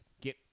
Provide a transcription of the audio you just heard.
get